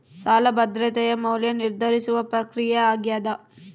ಸಾಲ ಭದ್ರತೆಯ ಮೌಲ್ಯ ನಿರ್ಧರಿಸುವ ಪ್ರಕ್ರಿಯೆ ಆಗ್ಯಾದ